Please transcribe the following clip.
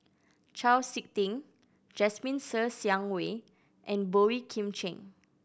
Chau Sik Ting Jasmine Ser Xiang Wei and Boey Kim Cheng